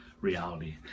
reality